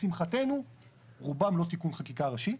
לשמחתנו רובם לא תיקון חקיקה ראשי.